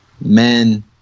men